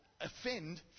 offend